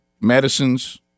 medicines